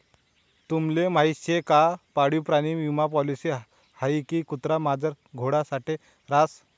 तुम्हले माहीत शे का पाळीव प्राणी विमा पॉलिसी हाई कुत्रा, मांजर आणि घोडा साठे रास